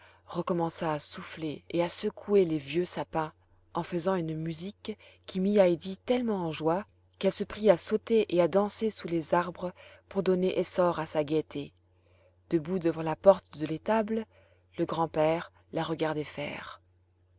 recommença à souffler et à secouer les vieux sapins en faisant une musique qui mit heidi tellement en joie qu'elle se prit à sauter et à danser sous les arbres pour donner essai à sa gaîté debout devant la porte de l'étable le grand-père la regardait